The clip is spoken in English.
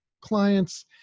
clients